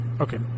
Okay